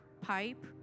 pipe